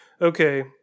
okay